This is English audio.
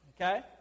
okay